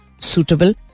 suitable